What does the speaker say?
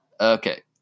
Okay